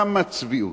כמה צביעות.